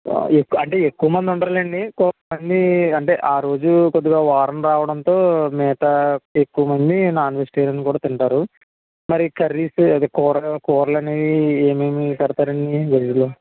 అంటే ఎక్కువ మంది ఉండరు కానీయండి అంటే ఆ రోజు కొద్దిగా వారం రావడంతో మిగతా ఎక్కువ మంది నాన్ వెజిటేరియన్ కూడా తింటారు మరి కర్రీస్ అది కూర కూరలనేది ఏమేమి పెడతారండి వెజ్లో